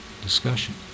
discussion